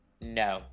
No